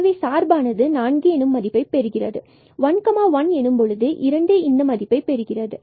எனவே சார்பானது fx 11 எனும்பொழுது 4 மதிப்பைப் பெறுகிறது 00 எனும் பொழுது 2 மதிப்பை பெறுகிறது